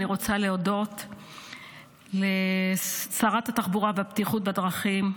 אני רוצה להודות לשרת התחבורה והבטיחות בדרכים,